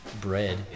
bread